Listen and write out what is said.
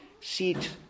Seat